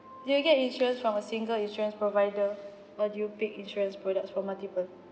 do you get insurance from a single insurance provider or do you pick insurance products from multiple